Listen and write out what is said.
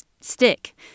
stick